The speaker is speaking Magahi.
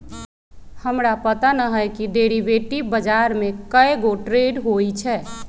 हमरा पता न हए कि डेरिवेटिव बजार में कै गो ट्रेड होई छई